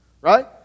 Right